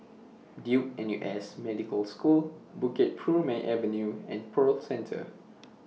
Duke N U S Medical School Bukit Purmei Avenue and Pearl Centre